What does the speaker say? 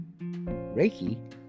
Reiki